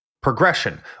progression